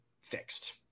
fixed